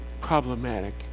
problematic